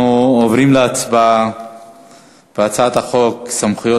אנחנו עוברים להצבעה על הצעת חוק סמכויות